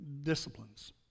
disciplines